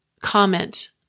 comment